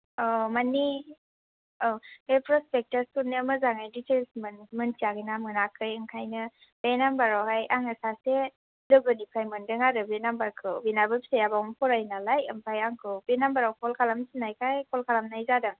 अ माने औ बे प्रसपेक्टासफोरनिया मोजाङै डिटेल्स मिन्थियाखैना मोनाखै ओंखायनो बे नाम्बारावहाय आङो सासे लोगोनिफ्राय मोनदों आरो बे नाम्बारखौ बिनाबो फिसाया बेयावनो फरायो नालाय ओमफ्राय आंखौ बे नाम्बाराव कल खालामनो थिननायखाय कल खालामनाय जादों